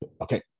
Okay